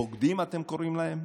"בוגדים" אתם קוראים להם?